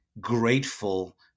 grateful